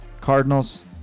Cardinals